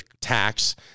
tax